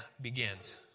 begins